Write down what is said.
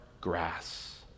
grass